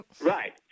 Right